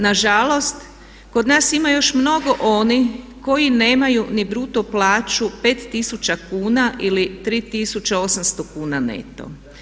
Nažalost, kod nas ima još mnogo onih koji nemaju ni bruto plaću 5000 kuna ili 3800 neto.